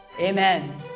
amen